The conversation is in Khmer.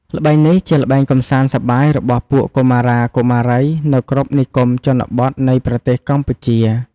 ល្បែងនេះ ជាល្បែងកំសាន្តសប្បាយ របស់ពួកកុមារាកុមារីនៅគ្រប់និគមជនបទ នៃប្រទេស កម្ពុជា ។